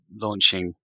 launching